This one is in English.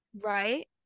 right